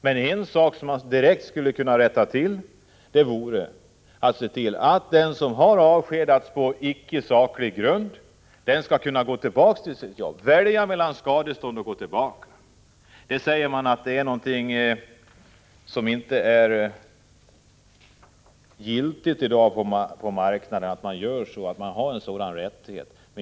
Men någonting som skulle kunna göras direkt vore att se till att den som har avskedats på icke saklig grund skall kunna välja mellan skadestånd och att gå tillbaka till sitt arbete. Man säger att det inte är giltigt i dag på marknaden, att den anställde inte har en sådan rättighet.